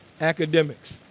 academics